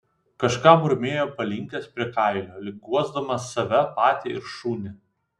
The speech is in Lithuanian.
kažką murmėjo palinkęs prie kailio lyg guosdamas save patį ir šunį